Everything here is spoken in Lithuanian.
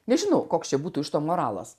nežinau koks čia būtų iš to moralas